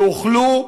יאכלו,